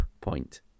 point